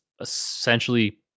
essentially